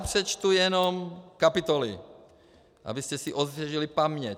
Přečtu jenom kapitoly, abyste si osvěžili paměť.